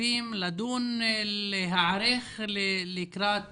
התקציבים לדון ולהיערך לקראת